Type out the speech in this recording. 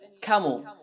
camel